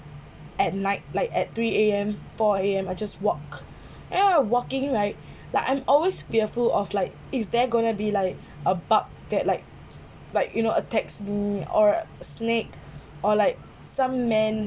at night like at three A_M four A_M I just walk walking like like I'm always fearful of like is there going to be like a bug that like like you know attacks me or snake or like some man